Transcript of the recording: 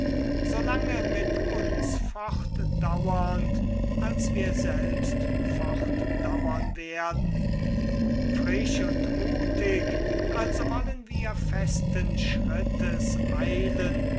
mit uns fortdauernd als wir selbst fortdauern werden frisch und muthig also wollen wir festen schrittes eilen